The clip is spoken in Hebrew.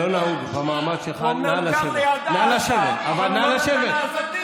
אבל הוא לא מספיק חכם.